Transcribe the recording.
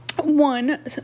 one